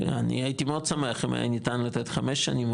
אני הייתי מאוד שמח אם היה ניתן לתת חמש שנים,